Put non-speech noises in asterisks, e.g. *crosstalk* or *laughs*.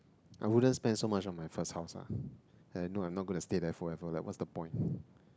I wouldn't spend so much of my first house ah and I know I'm not gonna stay therefore what's the point *laughs*